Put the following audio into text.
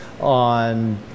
on